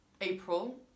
April